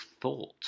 thought